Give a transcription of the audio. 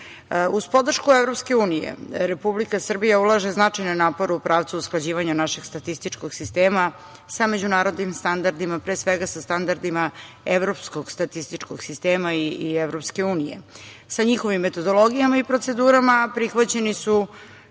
podršku EU, Republika Srbija ulaže značajne napore u pravcu usklađivanja našeg statističkog sistema sa međunarodnim standardima, pre svega sa standardima Evropskog statističkog sistema i EU, sa njihovim metodologijama i procedurama, a prihvaćeni su